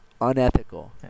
unethical